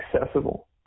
accessible